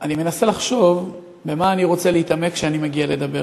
אני מנסה לחשוב במה אני רוצה להתעמק כשאני מגיע לדבר,